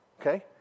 Okay